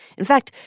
in fact,